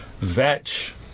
Vetch